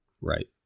Right